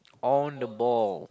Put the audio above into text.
on the ball